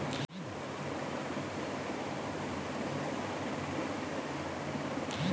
खाता खोलबाक फार्म संग गांहिकी केर घरक प्रमाणपत्र संगे पहचान प्रमाण पत्रक जरुरत परै छै